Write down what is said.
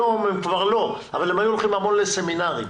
פעם הם היו הולכים לסמינרים,